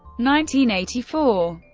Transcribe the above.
nineteen eighty-four